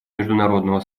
международного